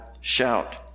shout